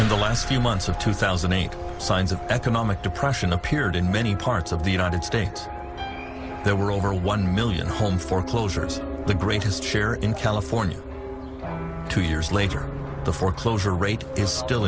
in the last few months of two thousand and eight signs of economic depression appeared in many parts of the united states there were over one million home foreclosures the greatest share in california two years later the foreclosure rate is still